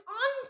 on